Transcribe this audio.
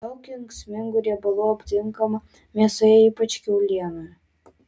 daug kenksmingų riebalų aptinkama mėsoje ypač kiaulienoje